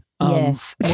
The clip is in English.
Yes